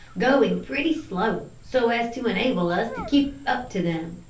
going pretty slow, so as to enable us to keep up to them.